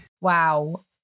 Wow